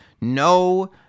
no